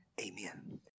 Amen